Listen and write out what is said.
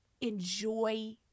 enjoy